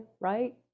right